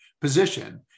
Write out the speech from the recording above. position